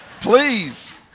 Please